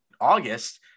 August